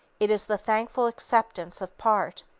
it is the thankful acceptance of part.